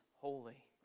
holy